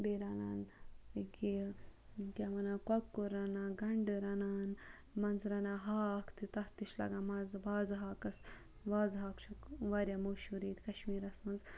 بیٚیہِ رَنان أکیٛاہ یہِ کیٛاہ وَنان کۄکُر رَنان گَنٛڈٕ رَنان منٛزٕ رَنان ہاکھ تہٕ تَتھ تہِ چھِ لَگان مَزٕ وازٕ ہاکَس وازٕ ہاکھ چھُکھ واریاہ مہشوٗر ییٚتہِ کشمیٖرَس منٛز